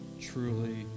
truly